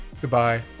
Goodbye